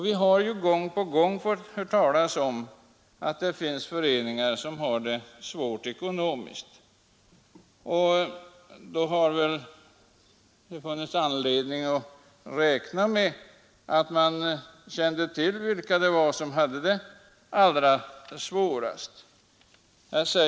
Vi har gång på gång hört talas om att det finns föreningar som har det svårt ekonomiskt. Då finns det väl anledning räkna med att man känner till vilka som har det allra svårast.